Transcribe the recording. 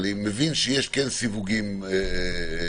אני מבין שיש כן סיווגים בבנקים,